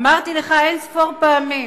אמרתי לך אין-ספור פעמים